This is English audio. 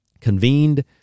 convened